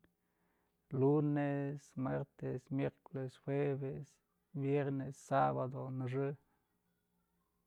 Lunes, martes, miercoles, jueves, viernes, sabado, nëxë.